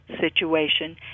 situation